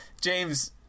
James